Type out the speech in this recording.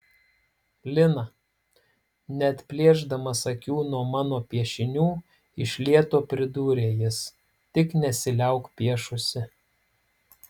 lina neatplėšdamas akių nuo mano piešinių iš lėto pridūrė jis tik nesiliauk piešusi